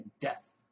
death